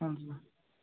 ହଁ ସାର୍